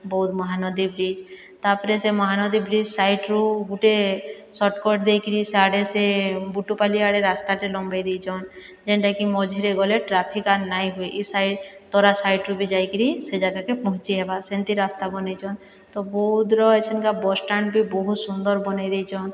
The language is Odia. ବୌଦ୍ଧ ମହାନଦୀ ବ୍ରିଜ ତା ପରେ ସେ ମହାନଦୀ ବ୍ରିଜ ସାଇଟରୁ ଗୋଟିଏ ସଟ୍କଟ୍ ଦେଇକିରି ସିଆଡ଼େ ସେ ବୁଟୁପାଲି ଆଡ଼େ ରାସ୍ତାଟେ ଲମ୍ବାଇ ଦେଇଛନ୍ ଯେନ୍ତାକି ମଝିରେ ଗଲେ ଟ୍ରାଫିକ ଆର୍ ନାହିଁ ହୁଏ ଇ ସାଇଟ ତରା ସାଇଟରୁ ବି ଯାଇକିରି ସେ ଜାଗାକେ ପହଞ୍ଚି ହେବା ସେନ୍ତି ରାସ୍ତା ବନେଇଛନ୍ ତ ବୌଦ୍ଧର ଏଚନକେ ବସ୍ଷ୍ଟାଣ୍ଡ ବି ବହୁତ ସୁନ୍ଦର ବନାଇ ଦେଇଛନ୍